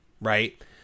right